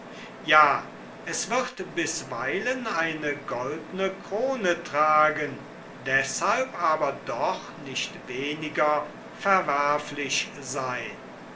ja es wird bisweilen eine goldne krone tragen deshalb aber doch nicht weniger verwerflich seyn